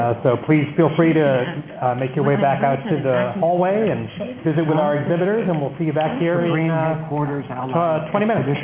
so please feel free to make your way back out through the hallway and visit with our exhibitors and we'll see you back here in twenty minutes.